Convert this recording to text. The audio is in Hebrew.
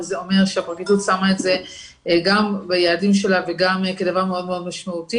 וזה אומר שהפרקליטות שמה את זה גם ביעדים שלה וגם כדבר מאוד משמעותי.